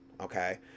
Okay